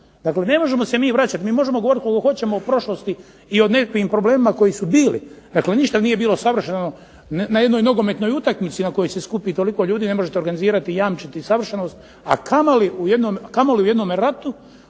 Dakle, ne možemo se mi vraćati mi možemo govoriti koliko god hoćemo o prošlosti i o nekakvim problemima koji su bili. Dakle, ništa nije bilo savršeno na jednoj nogometnoj utakmici na kojoj ste skupi toliko ljudi ne možete organizirati i jamčiti savršenost, a kamoli u jednom ratu